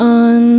on